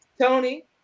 Tony